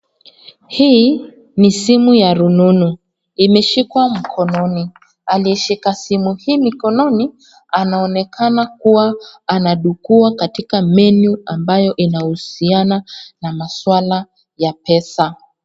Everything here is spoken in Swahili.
Hii ni simu ya rununu imeshikwa mkononi, aliyeshika simu hii mikononi anaonekana kuwa anadukua katika menu ambayo inahusiana na masuala ya pesa.